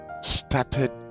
started